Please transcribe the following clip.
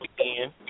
again